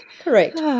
Correct